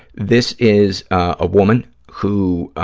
this is a woman who